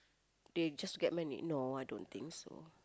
they just get married no I don't think so